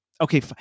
okay